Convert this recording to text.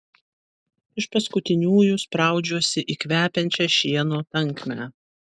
iš paskutiniųjų spraudžiuosi į kvepiančią šieno tankmę